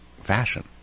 fashion